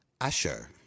Asher